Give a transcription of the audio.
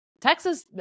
Texas